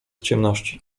ciemności